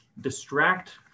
distract